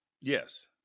yes